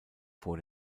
vor